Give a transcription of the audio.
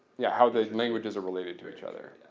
yeah. how those languages are related to each other.